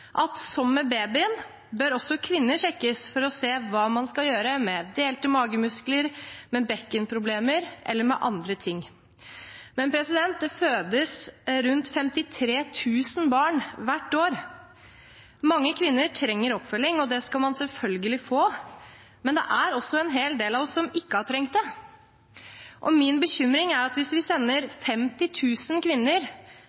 at som med babyen bør også kvinner sjekkes for å se hva man skal gjøre med delte magemuskler, med bekkenproblemer eller med andre ting. Men det fødes rundt 53 000 barn hvert år. Mange kvinner trenger oppfølging, og det skal man selvfølgelig få, men det er også en hel del av oss som ikke har trengt det. Min bekymring er at hvis vi